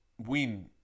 win